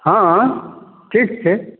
हँ ठीक छै